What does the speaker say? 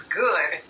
good